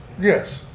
yes.